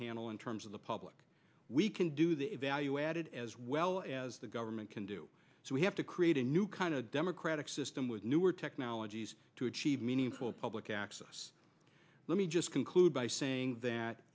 panel in terms of the public we can do the value added as well as the government can do so we have to create a new kind of democratic system with newer technologies to achieve meaningful public access let me just conclude by saying that